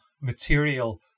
material